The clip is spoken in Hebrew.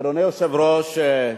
אדוני היושב-ראש,